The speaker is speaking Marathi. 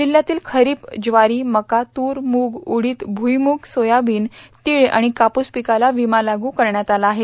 जिल्ह्यातील खरीप ज्वारी मका तूर मुग उडीदभूईमुग सोयाबीन तीळ आणि कापूस पिकाला विमा लागू करण्यात आला आहे